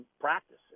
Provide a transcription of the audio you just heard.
practice